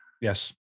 yes